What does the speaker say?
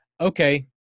okay